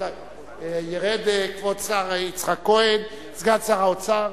ירד כבוד השר יצחק כהן, סגן שר האוצר.